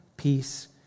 peace